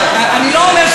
אני לא אומר,